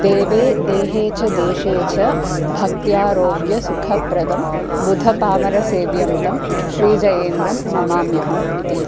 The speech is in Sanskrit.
देवे देहे च देशे च भक्त्यारोग्यसुखप्रदम् बुधपामरसेव्यं तं श्रीजयेन्द्रं नमाम्यहम् इति